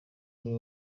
ari